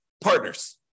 partners